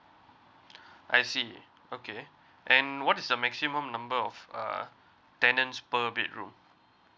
I see okay and what is the maximum number of uh tenants per bedroom